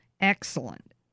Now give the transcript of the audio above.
Excellent